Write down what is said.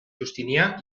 justinià